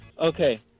Okay